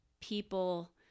people